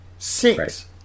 Six